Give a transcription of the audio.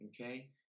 Okay